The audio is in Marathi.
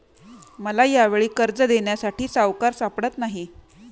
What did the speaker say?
मला यावेळी कर्ज देण्यासाठी सावकार सापडत नाही